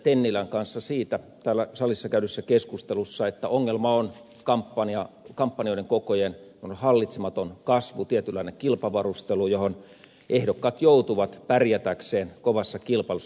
tennilän kanssa täällä salissa käydyssä keskustelussa siitä että ongelma on kampanjoiden kokojen hallitsematon kasvu tietynlainen kilpavarustelu johon ehdokkaat joutuvat pärjätäkseen kovassa kilpailussa